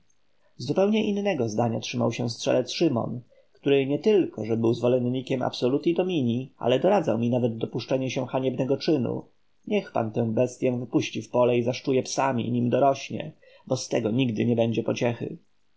zupełnie innego zdania trzymał się strzelec szymon który nietylko że był zwolennikiem absoluti dominii ale doradzał mi nawet dopuszczenie się haniebnego czynu niech pan tę bestyę wypuści w pole i zaszczuje psami nim dorośnie bo z tego nigdy nie będzie pociechy